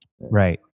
Right